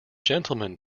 gentleman